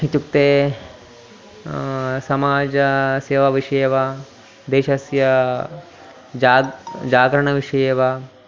इत्युक्ते समाजसेवाविषये वा देशस्य जाग् जागरणविषये वा